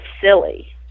silly